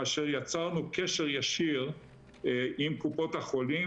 כאשר יצרנו קשר ישיר עם קופות החולים,